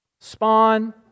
Spawn